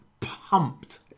pumped